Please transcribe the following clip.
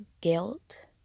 guilt